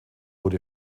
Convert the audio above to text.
wurde